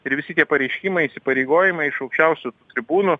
ir visi tie pareiškimai įsipareigojimai iš aukščiausių tribūnų